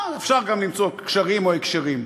אפשר גם למצוא קשרים או הקשרים,